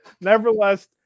nevertheless